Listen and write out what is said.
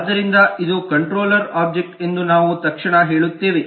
ಆದ್ದರಿಂದ ಇದು controller object ಎಂದು ನಾವು ತಕ್ಷಣ ಹೇಳುತ್ತೇವೆ